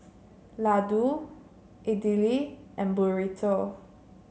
Ladoo Idili and Burrito